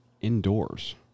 indoors